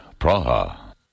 Praha